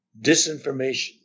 disinformation